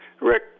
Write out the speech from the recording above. Rick